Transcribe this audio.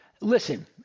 Listen